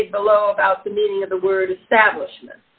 made below about the meaning of the word establish